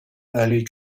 early